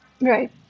Right